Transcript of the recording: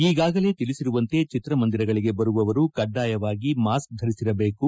ಈಗಾಗಲೇ ತಿಳಿಸಿರುವಂತೆ ಚಿತ್ರಮಂದಿರಗಳಿಗೆ ಬರುವವರು ಕಡ್ಡಾಯವಾಗಿ ಮಾಸ್ಕ್ ಧರಿಸಿರಬೇಕು